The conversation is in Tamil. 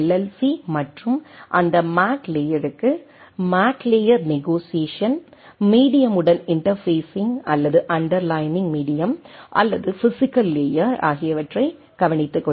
சி மற்றும் அந்த மேக் லேயருக்கு மேக் லேயர் நெகோசியெசன் மீடியமுடன் இன்டெர்பேஸ்ஸிங் அல்லது அண்டர்லைனிங் மீடியம் அல்லது பிஸிக்கல் லேயர் ஆகிவற்றை கவனித்துக்கொள்கிறது